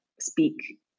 speak